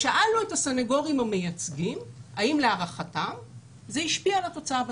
שאלנו את הסנגורים המייצגים האם להערכתם זה השפיע על התוצאה בתיק,